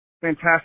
Fantastic